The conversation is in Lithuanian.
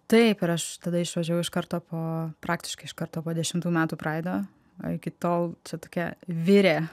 taip ir aš tada išvažiavau iš karto po praktiškai iš karto po dešimtų metų praido o iki tol čia tokia virė